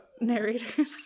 narrators